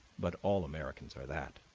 but all americans are that,